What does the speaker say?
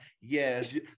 Yes